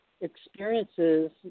experiences